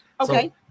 okay